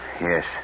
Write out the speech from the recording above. Yes